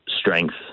strength